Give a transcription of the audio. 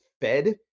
fed